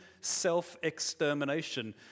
self-extermination